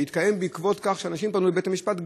שהתקיים בעקבות כך שאנשים פנו אל בית-המשפט,